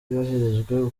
yoherejwe